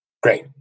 Great